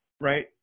right